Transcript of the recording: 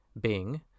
Bing